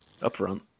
upfront